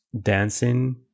dancing